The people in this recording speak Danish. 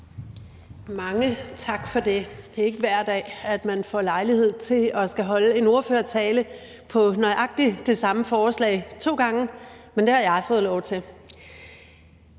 Mange tak for det. Det er ikke hver dag, man får lejlighed til at holde en ordførertale om nøjagtig det samme forslag to gange, men det har jeg fået lov til